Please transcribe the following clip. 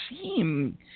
seem